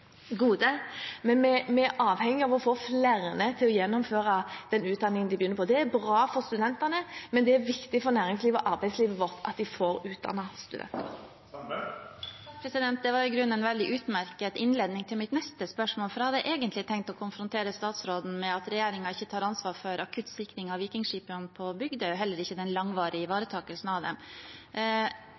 gode, men vi er avhengige av å få flere til å gjennomføre den utdanningen de begynner på. Det er bra for studentene, men det er også viktig for næringslivet og arbeidslivet vårt at vi får utdannet studenter. Det var i grunnen en utmerket innledning til mitt neste spørsmål, for jeg hadde egentlig tenkt å konfrontere statsråden med at regjeringen ikke tar ansvar for akutt sikring av vikingskipene på Bygdøy, og heller ikke den langvarige ivaretakelsen av dem.